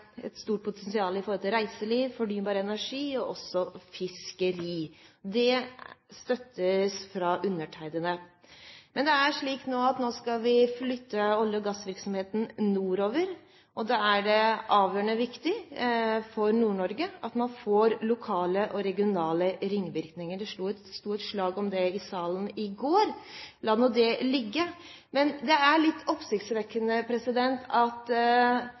et stort potensial i forhold til reiseliv, fornybar energi og også fiskeri. Det støttes av undertegnede. Men det er slik at nå skal vi flytte olje- og gassvirksomheten nordover, og da er det avgjørende viktig for Nord-Norge at man får lokale og regionale ringvirkninger. Det sto et slag om det i salen i går. La nå det ligge. Men det er litt oppsiktsvekkende at